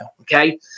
okay